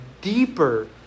deeper